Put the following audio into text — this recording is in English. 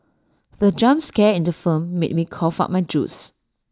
the jump scare in the film made me cough out my juice